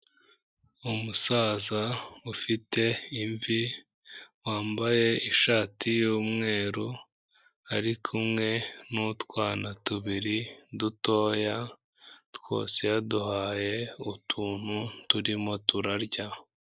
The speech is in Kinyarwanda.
Umusaza ufite imvi wambaye ishati y'umweru ari kumwe n'utwana tubiri dutoya twose yaduhaye utuntu turimo turarya.